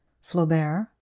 Flaubert